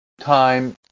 time